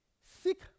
Seek